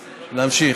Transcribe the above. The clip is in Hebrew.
להמשיך.